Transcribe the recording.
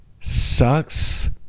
sucks